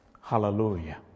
Hallelujah